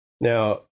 Now